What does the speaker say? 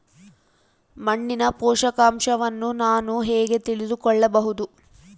ಮಣ್ಣಿನ ಪೋಷಕಾಂಶವನ್ನು ನಾನು ಹೇಗೆ ತಿಳಿದುಕೊಳ್ಳಬಹುದು?